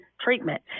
treatment